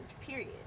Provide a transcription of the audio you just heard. period